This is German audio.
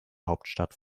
hauptstadt